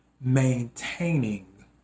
maintaining